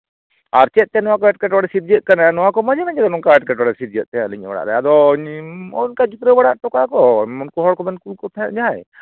ᱟᱨ ᱪᱮᱫ ᱛᱮ ᱱᱚᱣᱟ ᱠᱚ ᱮᱴᱠᱮᱴᱚᱬᱮ ᱥᱤᱨᱡᱟᱹᱜ ᱠᱟᱱᱟ ᱱᱚᱣᱟ ᱠᱚ ᱢᱟᱡᱷᱮ ᱢᱟᱡᱷᱮ ᱱᱚᱝᱠᱟ ᱮᱴᱠᱮᱴᱚᱬᱮ ᱥᱤᱨᱡᱟᱹᱜ ᱛᱮ ᱟᱞᱤᱧ ᱚᱲᱟᱜ ᱨᱮ ᱟᱫᱚ ᱱᱚᱜᱼᱚ ᱱᱚᱝᱠᱟ ᱡᱩᱛᱨᱟᱹᱣ ᱵᱟᱲᱟ ᱦᱚᱴᱚ ᱠᱟᱜᱼᱟ ᱠᱚ ᱱᱩᱠᱩ ᱦᱚᱲ ᱠᱚᱵᱮᱱ ᱠᱩᱞ ᱠᱚ ᱛᱟᱦᱮᱸᱫ ᱡᱟᱦᱟᱸᱭ